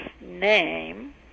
name